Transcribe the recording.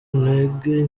ntege